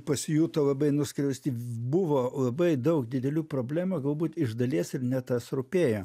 pasijuto labai nuskriausti buvo labai daug didelių problemų galbūt iš dalies ir ne tas rūpėjo